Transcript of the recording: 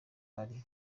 bari